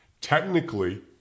Technically